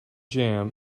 jam